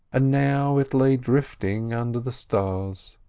and now it lay drifting under the stars.